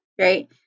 right